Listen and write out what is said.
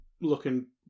looking